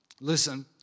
listen